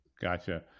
Gotcha